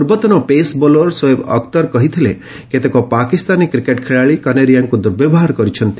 ପୂର୍ବତନ pace bowler Shoaib Akhtar କହିଥିଲେ କେତେକ ପାକିସ୍ତାନୀ କ୍ରିକେଟ୍ ଖେଳାଳି କନେରିଆଙ୍କୁ ଦୁର୍ବବ୍ୟହାର କରିଛନ୍ତି